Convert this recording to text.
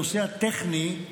הנושא הטכני,